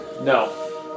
No